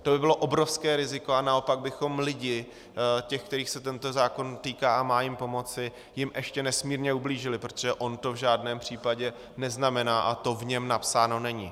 To by bylo obrovské riziko a naopak bychom lidem, těm, kterých se tento zákon týká a má jim pomoci, ještě nesmírně ublížili, protože on to v žádném případě neznamená a to v něm napsáno není.